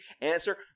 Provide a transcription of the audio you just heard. answer